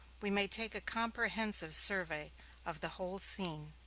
we may take a comprehensive survey of the whole scene,